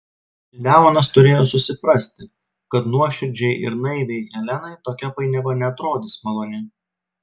leonas turėjo susiprasti kad nuoširdžiai ir naiviai helenai tokia painiava neatrodys maloni